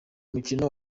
mukino